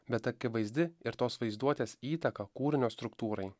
bet akivaizdi ir tos vaizduotės įtaka kūrinio struktūrai